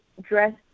dress